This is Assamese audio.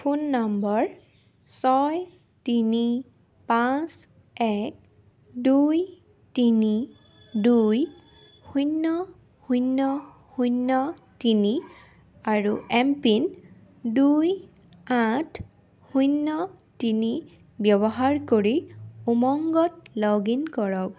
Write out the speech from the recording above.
ফোন নম্বৰ ছয় তিনি পাঁচ এক দুই তিনি দুই শূন্য শূন্য শূন্য তিনি আৰু এম পিন দুই আঠ শূন্য তিনি ব্যৱহাৰ কৰি উমংগত লগ ইন কৰক